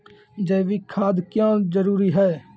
जैविक खाद क्यो जरूरी हैं?